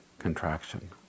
contraction